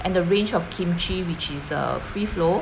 and the range of kimchi which is a free flow